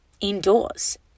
indoors